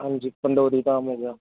ਹਾਂਜੀ ਪੰਡੋਰੀ ਧਾਮ ਹੋ ਗਿਆ